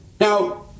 Now